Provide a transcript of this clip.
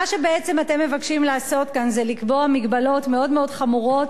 מה שאתם מתבקשים לעשות כאן זה לקבוע מגבלות מאוד מאוד חמורות